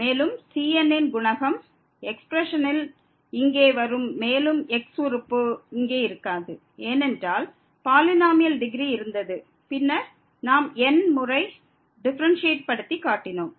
மேலும் cn ன் குணகம் எக்ஸ்பிரஷனின் இங்கே வரும் மேலும் x உறுப்பு இங்கே இருக்காது ஏனென்றால் பாலினோமியல் டிகிரி இருந்தது பின்னர் நாம் n முறை டிஃபரன்ஸ்யேட் படுத்திக் காட்டினோம்